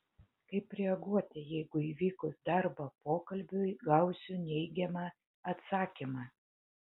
kaip reaguoti jeigu įvykus darbo pokalbiui gausiu neigiamą atsakymą